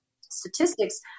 statistics